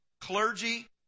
clergy